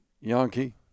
Yankee